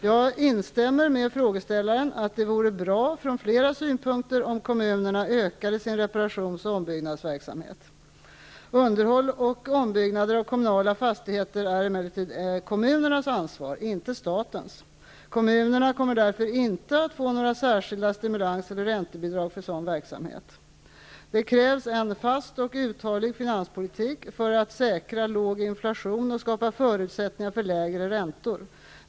Jag håller med frågeställaren om att det vore bra från flera synpunkter om kommunerna ökade sin reparations och ombyggnadsverksamhet. Underhåll och ombyggnader av kommunala fastigheter är emellertid kommunernas ansvar, inte statens. Kommunerna kommer därför inte att få några särskilda stimulanseller räntebidrag för sådan verksamhet. Det krävs en fast och uthållig finanspolitik för att säkra låg inflation och skapa förutsättningar för lägre räntor.